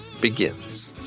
begins